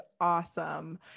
awesome